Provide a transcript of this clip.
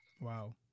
Wow